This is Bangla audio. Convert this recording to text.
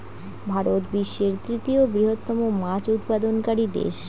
ভারত বিশ্বের তৃতীয় বৃহত্তম মাছ উৎপাদনকারী দেশ